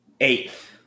eighth